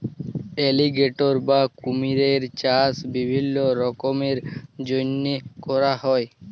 alligator বা কুমিরের চাষ বিভিল্ল্য কারলের জ্যনহে ক্যরা হ্যয়